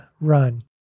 Run